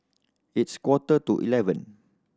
its quarter to eleven